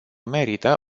merită